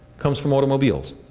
comes from automobiles.